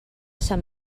sant